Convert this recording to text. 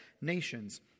nations